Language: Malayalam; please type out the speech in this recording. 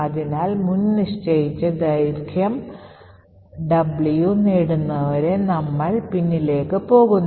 അതിനാൽ മുൻനിശ്ചയിച്ച ദൈർഘ്യം "W" നേടുന്നതുവരെ നമ്മൾ പിന്നിലേക്ക് പോകുന്നു